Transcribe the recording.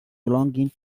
belonging